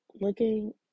looking